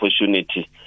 opportunity